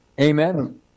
Amen